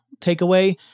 takeaway